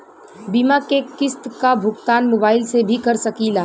बीमा के किस्त क भुगतान मोबाइल से भी कर सकी ला?